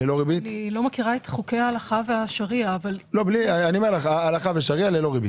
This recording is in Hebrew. הלכה ושריע ללא ריבית?